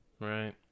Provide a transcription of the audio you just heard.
Right